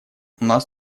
нас